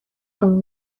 اون